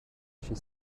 she